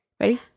ready